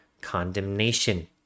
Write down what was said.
condemnation